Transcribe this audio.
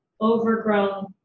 overgrown